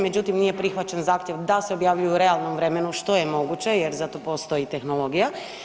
Međutim, nije prihvaćen zahtjev da se objavljuju u realnom vremenu što je moguće jer za to postoji tehnologija.